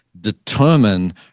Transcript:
determine